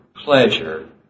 pleasure